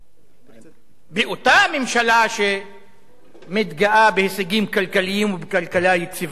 באותה ממשלה שמתגאה בהישגים כלכליים ובכלכלה יציבה לשעבר.